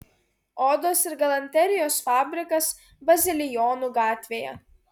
odos ir galanterijos fabrikas bazilijonų gatvėje